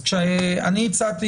אני הצעתי